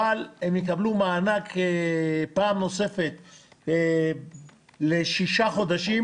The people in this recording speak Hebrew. אבל הם יקבלו מענק פעם נוספת לשישה חודשים,